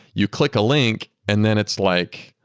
you click a link and then it's like,